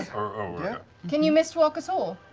yeah can you mist walk us all,